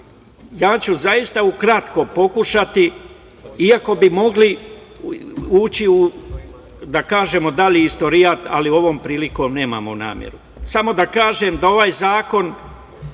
ja ću zaista u kratko pokušati i ako bi mogli ući u dalji istorijat, ali ovom prilikom nemamo nameru. Samo da kažem da ovaj zakon